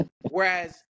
whereas